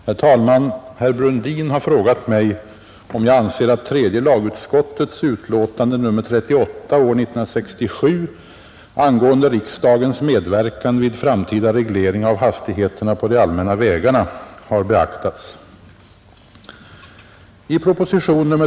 Herr talman! Herr Brundin har frågat mig om jag anser att tredje lagutskottets utlåtande nr 38 år 1967 angående riksdagens medverkan vid framtida reglering av hastigheterna på de allmänna vägarna har beaktats.